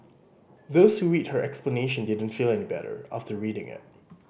those who read her explanation didn't feel any better after reading it